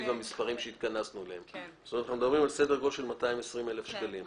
אנחנו מדברים על סדר גודל של 220 אלף שקלים.